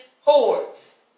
hordes